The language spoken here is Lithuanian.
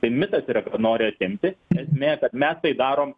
tai mitas yra nori atimti esmė kad mes tai darom